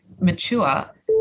mature